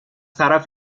طرف